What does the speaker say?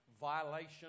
violation